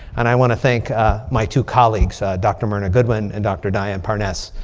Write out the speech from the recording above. and i want to thank my two colleagues. dr. myrna goodwin and dr. diane parnes.